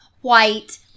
white